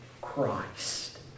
Christ